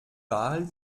wahl